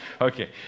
okay